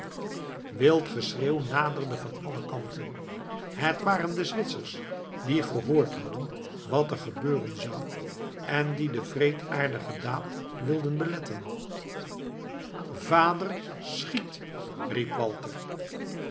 wild geschreeuw naderde van alle kanten het waren de zwitsers die gehoord hadden wat er gebeuren zou en die de wreedaardige daad wilden beletten vader schiet